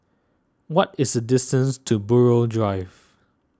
what is the distance to Buroh Drive